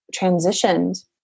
transitioned